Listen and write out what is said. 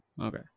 Okay